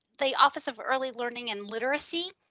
the office of early learning and literacy,